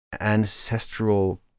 ancestral